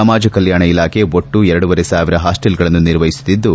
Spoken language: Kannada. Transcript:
ಸಮಾಜ ಕಲ್ಲಾಣ ಇಲಾಖೆ ಒಟ್ಟು ಎರಡೂವರೆ ಸಾವಿರ ಹಾಸ್ವೆಲ್ಗಳನ್ನು ನಿರ್ವಹಿಸುತ್ತಿದ್ದು